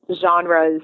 Genres